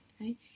right